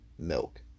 Milk